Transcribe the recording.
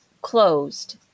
closed